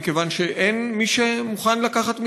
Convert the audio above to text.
מכיוון שאין מי שמוכן לקחת מתמחים.